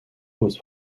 was